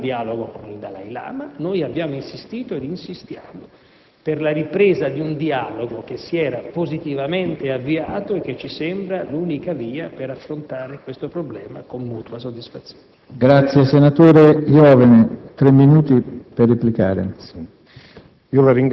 è chiaro. Mentre la posizione cinese ha delle rigidità, in particolare nel dialogo con il Dalai Lama, noi abbiamo insistito ed insistiamo per la ripresa di un dialogo che si era positivamente avviato e che ci sembra l'unica via per affrontare il problema con mutua soddisfazione.